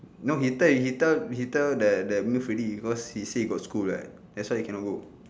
no he tell he tell he tell the the miss already because he said he got school right that's why he cannot go